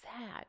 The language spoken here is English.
sad